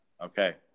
Okay